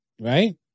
Right